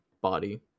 body